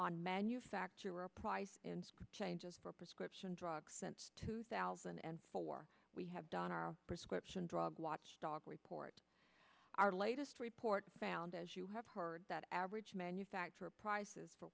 on manufacturer price changes for prescription drugs since two thousand and four we have done our prescription drug watchdog report our latest report found as you have heard that average manufacturer prices